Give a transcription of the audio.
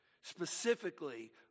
Specifically